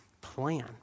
plan